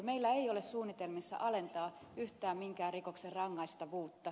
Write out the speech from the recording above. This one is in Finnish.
meillä ei ole suunnitelmissa alentaa yhtään minkään rikoksen rangaistavuutta